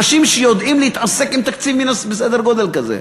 אנשים שיודעים להתעסק עם תקציב בסדר גודל כזה.